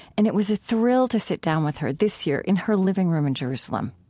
and it was a thrill to sit down with her this year in her living room in jerusalem.